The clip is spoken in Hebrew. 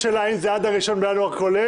הייתה פה שאלה האם זה עד ה-1 בינואר כולל,